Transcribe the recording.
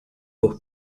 por